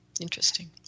Interesting